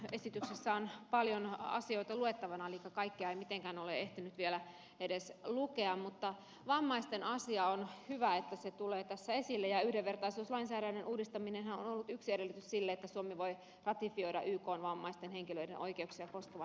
esityksessä on paljon asioita luettavana elikkä kaikkea en mitenkään ole ehtinyt vielä edes lukea mutta on hyvä että vammaisten asia tulee tässä esille ja yhdenvertaisuuslainsäädännön uudistaminenhan on ollut yksi edellytys sille että suomi voi ratifioida ykn vammaisten henkilöiden oikeuksia koskevan yleissopimuksen